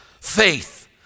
Faith